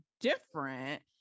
different